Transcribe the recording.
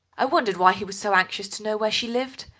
i wondered why he was so anxious to know where she lived,